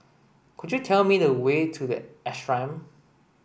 could you tell me the way to The Ashram